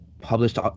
published